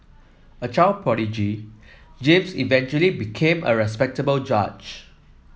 a child prodigy James eventually became a respectable judge